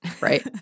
Right